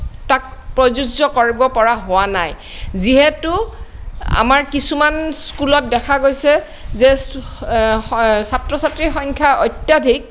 তাক প্ৰযোজ্য কৰিব পৰা হোৱা নাই যিহেতু আমাৰ কিছুমান স্কুলত দেখা গৈছে যে ছাত্ৰ ছাত্ৰীৰ সংখ্যা অত্যাধিক